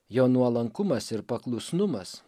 jo nuolankumas ir paklusnumas